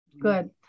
Good